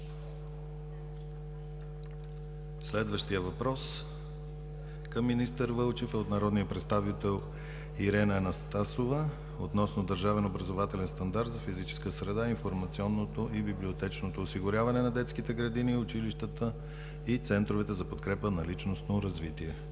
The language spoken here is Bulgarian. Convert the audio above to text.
Следващият въпрос към министър Вълчев е от народния представител Ирена Анастасова, относно Държавен образователен стандарт за физическа среда, информационното и библиотечното осигуряване на детските градини и училищата и центровете за подкрепа на личностно развитие.